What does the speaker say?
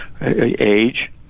Age